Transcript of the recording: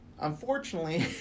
unfortunately